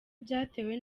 byatewe